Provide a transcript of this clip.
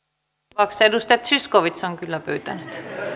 tapauksessa edustaja zyskowicz on kyllä pyytänyt